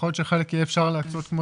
יכול להיות שחלק אי אפשר יהיה להקצות כמו